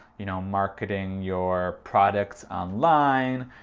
you know. marketing your products online.